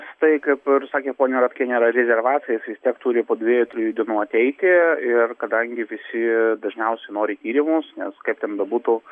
tai kaip ir sakė ponia ratkienė yra rezervacija jis vis tiek turi po dviejų trijų dienų ateiti ir kadangi visi dažniausiai nori tyrimus nes kaip ten bebūtų